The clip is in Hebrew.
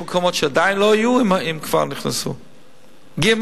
יש מקומות שהם עדיין לא היו, והם כבר נכנסו, ג.